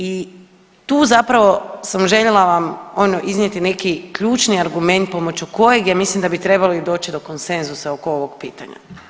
I tu zapravo sam željela vam ono iznijeti neki ključni argument pomoću kojeg ja mislim da bi trebali doći do konsenzusa oko ovog pitanja.